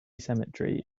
cemetery